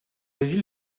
ville